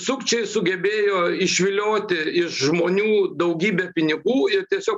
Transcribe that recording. sukčiai sugebėjo išvilioti iš žmonių daugybę pinigų ir tiesiog